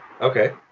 Okay